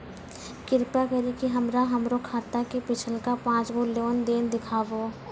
कृपा करि के हमरा हमरो खाता के पिछलका पांच गो लेन देन देखाबो